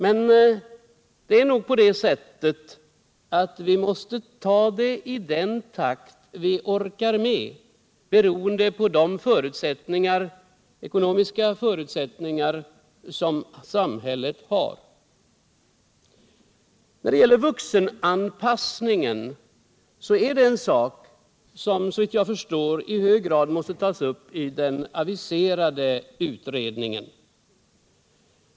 Men det är nog så att vi måste ta det i den takt vi orkar med, beroende på de ekonomiska förutsättningar som sam — Kommunal hället har. vuxenutbildning Vuxenanpassningen måste, såvitt jag förstår, i hög grad tas upp i den aviserade utredningen.